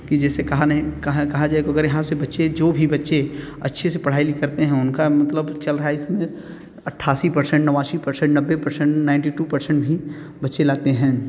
कि जैसे कहा नहीं कहा कहा जाए अगर यहाँ से बच्चे जो भी बच्चे अच्छे से पढ़ाई लिखा करते हैं उनका मतलब फिर चल रहा है इसमें अट्ठासी परशेंड नवासी परशेंड नब्बे परशेंड नाइन्टी टू परसेंड ही बच्चे लाते हैं